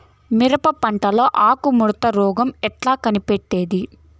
మిరప పంటలో ఆకు ముడత రోగం ఎట్లా కనిపెట్టేది?